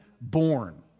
born